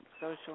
social